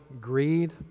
greed